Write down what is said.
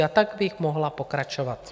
A tak bych mohla pokračovat.